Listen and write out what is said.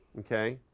okay?